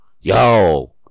yo